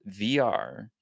VR